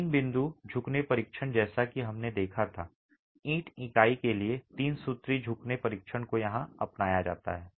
तीन बिंदु झुकने परीक्षण जैसा कि हमने देखा था ईंट इकाई के लिए तीन सूत्री झुकने परीक्षण को यहां अपनाया जा सकता है